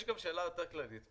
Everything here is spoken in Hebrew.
יש גם שאלה כללית יותר